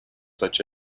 such